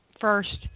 first